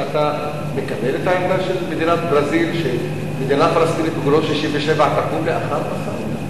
שאתה מקבל את העמדה של מדינת ברזיל שמדינה פלסטינית בגבולות 67' לא,